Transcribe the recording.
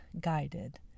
guided